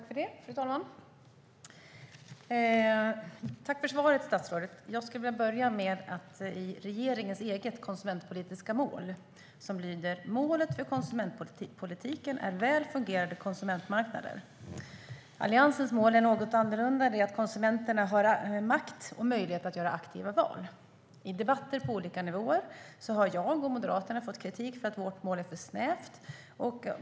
Fru talman! Tack för svaret, statsrådet. Jag vill börja med att läsa upp regeringens eget konsumentpolitiska mål. Det lyder: Målet för konsumentpolitiken är väl fungerande konsumentmarknader. Alliansens mål är något annorlunda. Det är att konsumenterna har makt och möjlighet att göra aktiva val. I debatter på olika nivåer har jag och Moderaterna fått kritik för att vårt mål är för snävt.